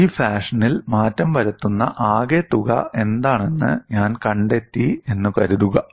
ഈ ഫാഷനിൽ മാറ്റം വരുത്തുന്ന ആകെത്തുക എന്താണെന്ന് ഞാൻ കണ്ടെത്തി എന്ന് കരുതുക